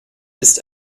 ist